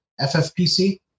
FFPC